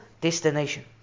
destination